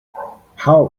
how